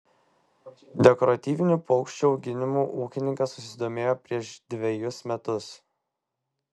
dekoratyvinių paukščių auginimu ūkininkas susidomėjo prieš dvejus metus